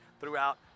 throughout